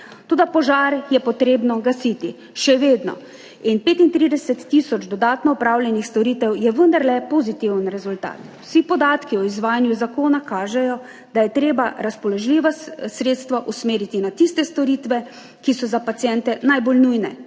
Toda požar je potrebno gasiti, še vedno. 35 tisoč dodatno opravljenih storitev je vendarle pozitiven rezultat. Vsi podatki o izvajanju zakona kažejo, da je treba razpoložljiva sredstva usmeriti na tiste storitve, ki so za paciente najbolj nujne